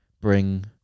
bring